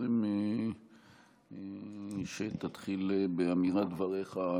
טרם תתחיל באמירת דבריך,